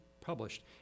published